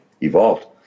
evolved